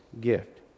gift